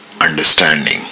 understanding